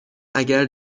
اگر